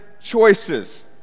choices